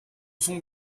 son